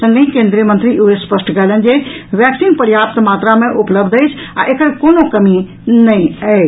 संगहि केन्द्रीय मंत्री इहों स्पष्ट कयलनि जे वैक्सिन पर्याप्त मात्रा में उपलब्ध अछि आ एकर कोनो कमी नहि अछि